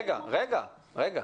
רגע, רגע.